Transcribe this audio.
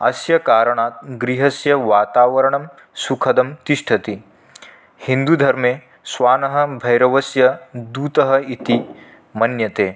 अस्य कारणात् गृहस्य वातावरणं सुखदं तिष्ठति हिन्दुधर्मे श्वानः भैरवस्य दूतः इति मन्यते